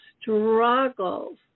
struggles